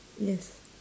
yes